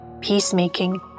peacemaking